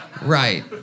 Right